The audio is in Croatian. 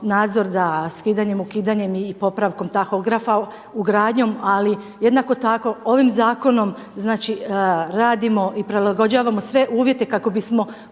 nadzor za skidanjem, ukidanjem i popravkom tahografa, ugradnjom, ali jednako tako ovim zakonom znači radimo i prilagođavamo sve uvjete kako bismo